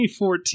2014